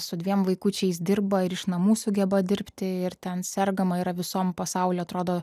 su dviem vaikučiais dirba ir iš namų sugeba dirbti ir ten sergama yra visom pasaulio atrodo